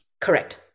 Correct